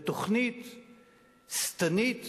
בתוכנית שטנית,